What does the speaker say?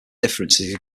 differences